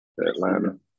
Atlanta